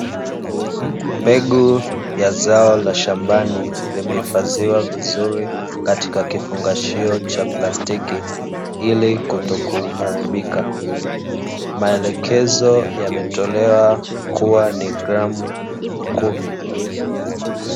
Mbegu ya zao la shambani zimeifadhiwa vizuri katika kifungashio cha plastiki ili kutokuharibika, maelekezo yametolewa kua ni gramu kumi